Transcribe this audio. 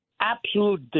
absolute